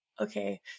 okay